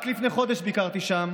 רק לפני חודש ביקרתי שם